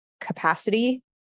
capacity